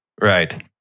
Right